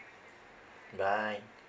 bye